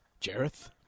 Jareth